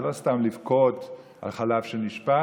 זה לא סתם לבכות על חלב שנשפך,